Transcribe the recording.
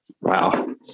wow